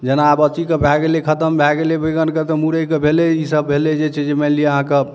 जेना आब अथी के भऽ गेलै खतम भऽ गेलै बैंगन के तऽ मुरै के भेलै इसब भेलै जे छै मानि लिअ अहाँके